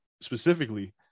specifically